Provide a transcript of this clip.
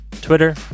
Twitter